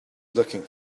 looking